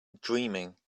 dreaming